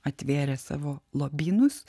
atvėrė savo lobynus